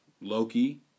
Loki